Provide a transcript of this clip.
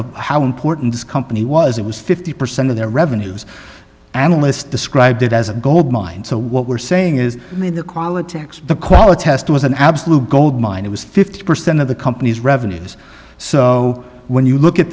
of how important this company was it was fifty percent of their revenues analysts described it as a gold mine so what we're saying is the quality of the quality is an absolute gold mine it was fifty percent of the company's revenues so when you look at